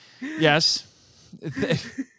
Yes